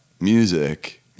music